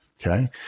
Okay